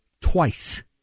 twice